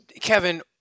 Kevin